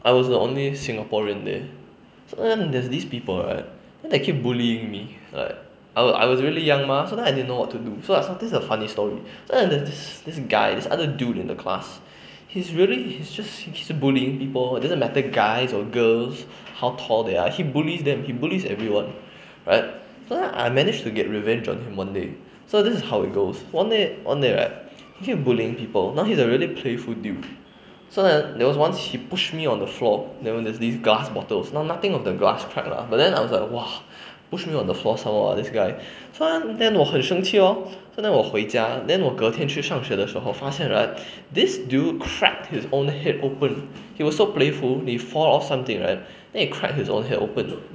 I was the only singaporean there so then there is these people right then they keep bullying me like I I was really young mah so I didn't know what to do so I sometimes this is a funny story so there is this this guy this other dude in the class he's really he's just he's bullying people doesn't matter guys or girls how tall they are he bullies them he bullies everyone right so I managed to get revenge on him one day so this is how it goes one day one day right he keep bullying people now he is a really playful dude so there was once he push me on the floor then there was this glass bottle nothing on the glass crack ah but then !wah! push me on the floor somemore this guy so then then 我很生气 lor so then 我回家 then 我隔天去上学的时候发现 right this dude crack his own head open he was so playful he fall off something right then he crack his own head open